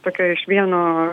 tokio iš vieno